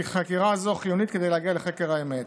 כי חקירה זו חיונית כדי להגיע לחקר האמת.